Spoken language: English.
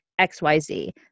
XYZ